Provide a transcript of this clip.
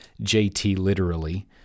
JTLiterally